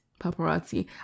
paparazzi